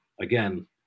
again